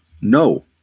no